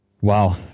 Wow